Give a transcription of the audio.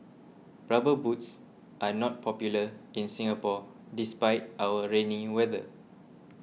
rubber boots are not popular in Singapore despite our rainy weather